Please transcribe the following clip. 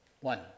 One